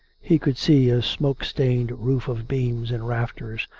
he could see a smoke-stained roof of beams and rafters,